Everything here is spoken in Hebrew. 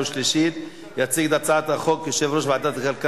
לא צריך לקרוא על כל חוק את כל המגילה.